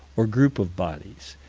or group of bodies.